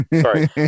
Sorry